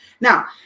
Now